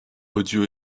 audio